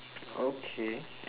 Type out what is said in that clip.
okay